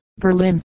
Berlin